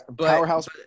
powerhouse